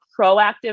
proactive